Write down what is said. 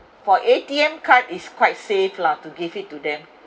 for A_T_M card is quite safe lah to give it to them